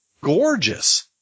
Gorgeous